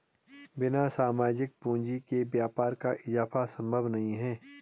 बिना सामाजिक पूंजी के व्यापार का इजाफा संभव नहीं है